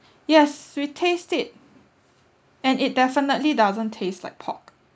yes we taste it and it definitely doesn't taste like pork